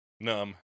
numb